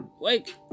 Wake